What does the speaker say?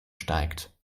steigt